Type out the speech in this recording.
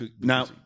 now